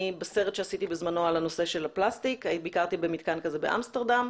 בסרט שעשיתי בזמנו על הנושא של הפלסטיק ביקרתי במתקן כזה באמסטרדם,